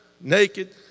naked